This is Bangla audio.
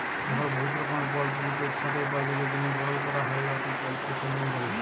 যখল বহুত রকমের পলটিরিকে ইকসাথে উপার্জলের জ্যনহে পালল ক্যরা হ্যয় উয়াকে পলটিরি ফার্মিং ব্যলে